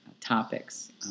topics